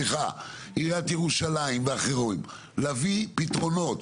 עיריית ירושלים ואחרות להביא פתרונות,